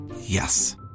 Yes